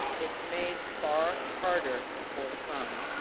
it's made far harder for some.